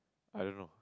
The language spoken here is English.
I don't know